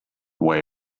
way